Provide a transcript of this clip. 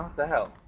the hell.